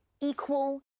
equal